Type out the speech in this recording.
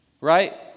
Right